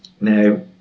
Now